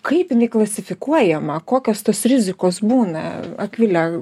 kaip jinai klasifikuojama kokios tos rizikos būna akvile